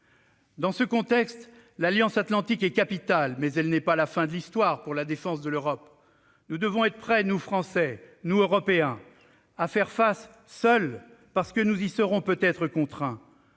Dans ce contexte, l'Alliance atlantique est capitale, mais elle n'est pas la fin de l'Histoire pour la défense de l'Europe. Nous devons être prêts, nous Français, nous Européens, à faire face seuls, parce que nous y serons peut-être contraints.